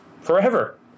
forever